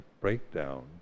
breakdown